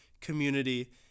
community